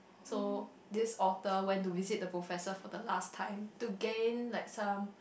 so this author went to visit the professor for the last time to gain like some